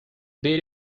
beat